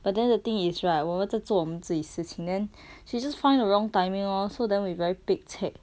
but then the thing is right 我们在做我们自己的事情 and then she just find the wrong timing lor so then we very pek-cek